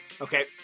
Okay